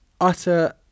Utter